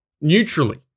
neutrally